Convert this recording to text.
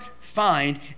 find